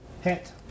Hit